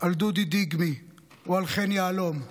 על דודי דיגמי או על חן יהלום?